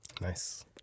nice